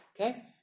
Okay